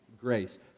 grace